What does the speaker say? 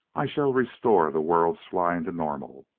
i shall restore the world's flying to normal.